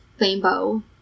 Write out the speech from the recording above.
rainbow